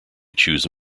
choose